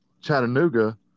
Chattanooga